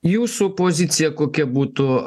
jūsų pozicija kokia būtų